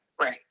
right